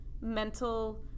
mental